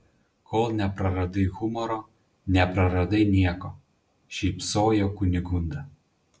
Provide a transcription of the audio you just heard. kol nepraradai humoro nepraradai nieko šypsojo kunigunda